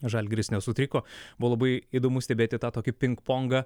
žalgiris nesutriko buvo labai įdomu stebėti tą tokį pingpongą